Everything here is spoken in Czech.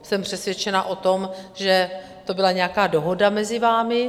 Jsem přesvědčena o tom, že to byla nějaká dohoda mezi vámi.